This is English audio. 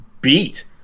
beat